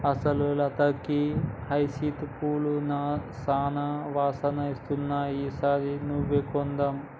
అసలు లత గీ హైసింత పూలు సానా వాసన ఇస్తున్నాయి ఈ సారి గివ్వే కొందాం